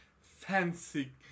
fancy